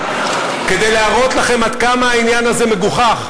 כדי להראות לכם עד כמה העניין הזה מגוחך,